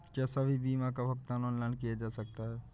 क्या सभी बीमा का भुगतान ऑनलाइन किया जा सकता है?